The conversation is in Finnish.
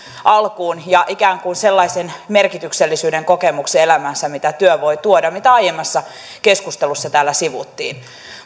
alkuun ja ikään kuin sellaisen merkityksellisyyden kokemuksen elämäänsä mitä työ voi tuoda mitä aiemmassa keskustelussa täällä sivuttiin